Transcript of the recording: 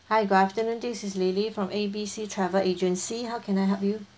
hi good afternoon this is lily from A B C travel agency how can I help you